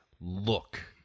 look